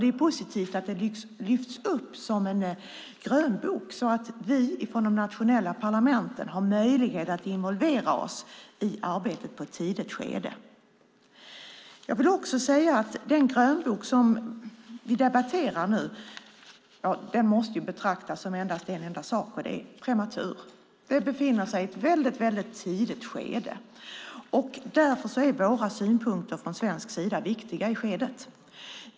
Det är positivt att det lyfts upp som en grönbok. Det innebär att vi i de nationella parlamenten har möjlighet att bli involverade i arbetet i ett tidigt skede. Den grönbok som vi debatterar måste betraktas som en enda sak, nämligen prematur. Vi befinner oss i ett väldigt tidigt skede. Därför är våra svenska synpunkter viktiga.